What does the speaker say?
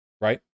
right